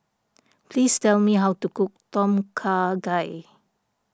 please tell me how to cook Tom Kha Gai